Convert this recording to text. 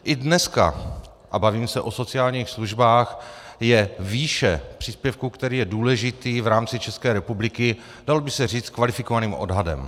I dneska, a bavíme se o sociálních službách, je výše příspěvku, který je důležitý v rámci České republiky, kvalifikovaným odhadem.